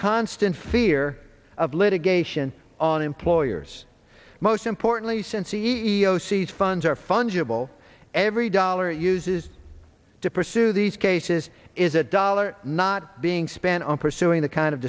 constant fear of litigation on employers most importantly since e e o c is funds are fungible every dollar it uses to pursue these cases is a dollar not being spent on pursuing the kind of